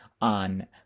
on